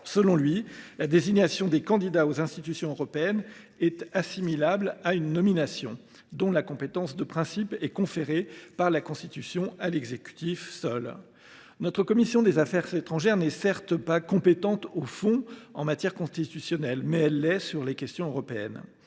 dernier, la désignation des candidats aux institutions européennes est « assimilable à une nomination », dont la compétence de principe est conférée par la Constitution à l’exécutif seul. Notre commission des affaires étrangères n’est certes pas compétente au fond en matière constitutionnelle, mais elle l’est sur les questions européennes.